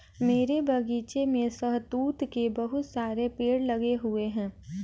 मेरे बगीचे में शहतूत के बहुत सारे पेड़ लगे हुए हैं